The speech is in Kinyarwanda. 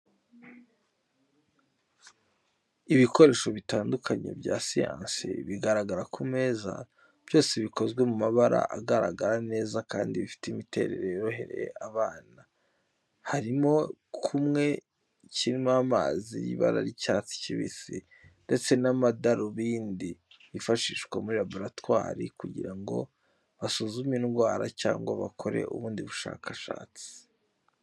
Ibikoresho bitandukanye bya siyansi bigaragara ku meza, byose bikozwe mu mabara agaragara neza kandi bifite imiterere yoroheye abana, harimo kumwe kirimo amazi y'ibara ry'icyatsi kibisi, ndetse n'amadarubindi yifashishwa muri laboratwari kugira ngo basuzume indwara cyangwa bakore ubundi bushakashatsi.